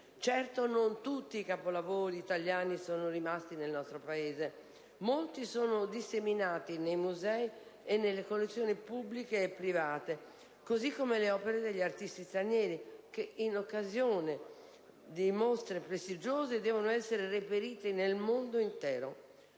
Certo, non tutti i capolavori italiani sono rimasti nel nostro Paese: molti sono disseminati nei musei e nelle collezioni pubbliche e private, così come le opere degli artisti stranieri che, in occasione di mostre prestigiose, devono essere reperite nel mondo intero.